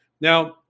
Now